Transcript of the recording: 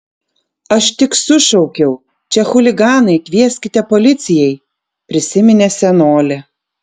aš tik sušaukiau čia chuliganai kvieskite policijai prisiminė senolė